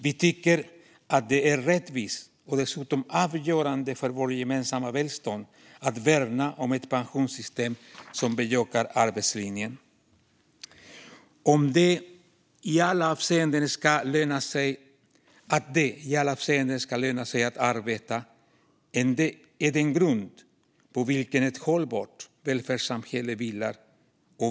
Vi tycker att det är rättvist och dessutom avgörande för vårt gemensamma välstånd att värna om ett pensionssystem som bejakar arbetslinjen. Att det i alla avseenden ska löna sig att arbeta är den grund på vilken ett hållbart välfärdssamhälle vilar.